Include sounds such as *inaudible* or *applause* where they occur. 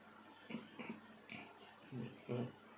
*breath* mm